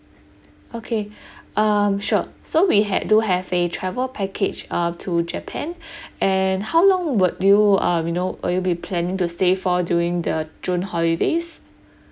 okay um sure so we had do have a travel package uh to japan and how long would you um you know would you be planning to stay for during the june holidays